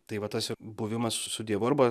tai va tas buvimas su dievu arba